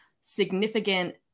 significant